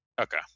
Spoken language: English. Okay